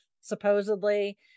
supposedly